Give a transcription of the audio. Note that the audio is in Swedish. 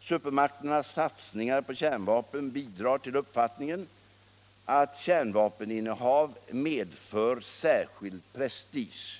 Supermakternas satsningar på kärnvapen bidrar till uppfattningen att kärnvapeninnehav medför särskild prestige.